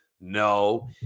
No